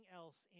else